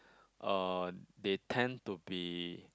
uh they tend to be